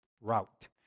route